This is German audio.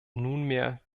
nunmehr